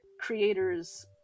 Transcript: creators